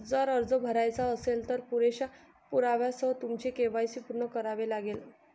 जर अर्ज भरायचा असेल, तर पुरेशा पुराव्यासह तुमचे के.वाय.सी पूर्ण करावे लागेल